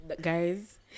Guys